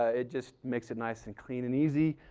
ah it just makes it nice and clean and easy.